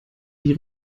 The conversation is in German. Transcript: die